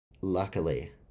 Luckily